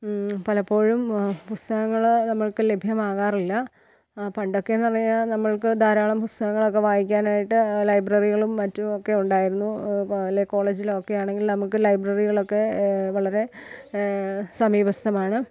പലപ്പോഴും പുസ്തകൾ നമ്മൾക്ക് ലഭ്യമാകാറില്ല പണ്ടൊക്കെ എന്ന് പറഞ്ഞ് കഴിഞ്ഞാൽ നമ്മൾക്ക് ധാരാളം പുസ്തകങ്ങളൊക്കെ വായിക്കാനായിട്ട് ലൈബ്രറികളും മറ്റുമൊക്കെ ഉണ്ടായിരുന്നു അല്ലേ കോളേജിലൊക്കെ ആണെങ്കിൽ നമുക്ക് ലൈബ്രറികളൊക്കെ വളരെ സമീപസ്ഥമാണ്